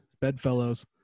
bedfellows